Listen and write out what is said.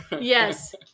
Yes